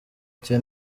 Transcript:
cye